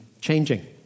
changing